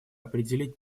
определить